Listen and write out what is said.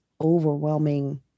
overwhelming